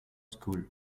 school